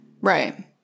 right